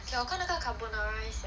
yeah 我看那个 carbonara 一下